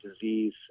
disease